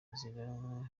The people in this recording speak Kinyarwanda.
inzira